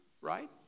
right